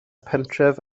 pentref